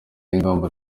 ingamba